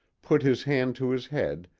put his hand to his head,